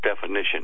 definition